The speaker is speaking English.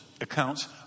accounts